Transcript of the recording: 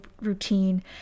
routine